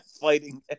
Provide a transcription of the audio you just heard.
fighting